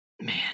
Man